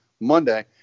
Monday